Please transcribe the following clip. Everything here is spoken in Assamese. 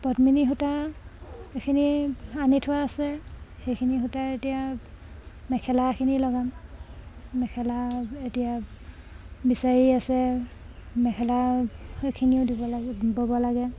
পদ্মিনী সূতা এইখিনি আনি থোৱা আছে সেইখিনি সূতাৰে এতিয়া মেখেলাখিনি লগাম মেখেলা এতিয়া বিচাৰি আছে মেখেলা সেইখিনিও দিব লাগে বব লাগে